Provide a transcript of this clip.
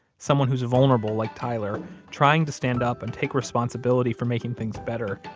someone who's vulnerable like tyler trying to stand up and take responsibility for making things better,